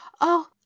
Oh